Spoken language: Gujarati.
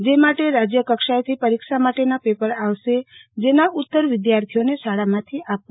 જે માટે રાજ્યકક્ષાએથી પરીક્ષા માટેના પેપેર આવશે જેના ઉત્તર વિદ્યાર્થીઓને શાળામાંથી આપવામાં આવશે